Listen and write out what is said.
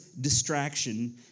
distraction